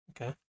okay